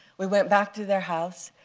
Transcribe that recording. we went back to their house.